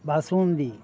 basundi